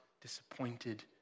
disappointed